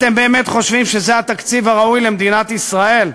אתם באמת חושבים שזה התקציב הראוי למדינת ישראל,